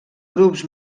grups